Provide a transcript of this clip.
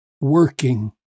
working